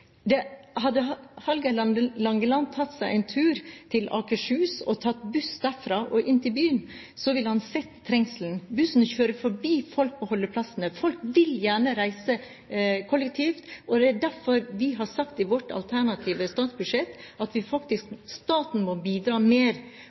rushtidsavgift. Hadde Hallgeir Langeland tatt seg en tur til Akershus og tatt buss derfra og inn til byen, ville han sett trengselen. Bussen kjører forbi folk på holdeplassene. Folk vil gjerne reise kollektivt. Det er derfor vi har sagt i vårt alternative statsbudsjett at